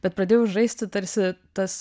bet pradėjau žaisti tarsi tas